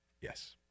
Yes